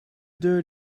deur